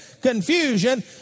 confusion